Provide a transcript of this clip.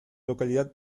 localidad